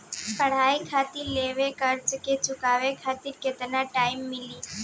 पढ़ाई खातिर लेवल कर्जा के चुकावे खातिर केतना टाइम मिली?